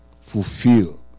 fulfill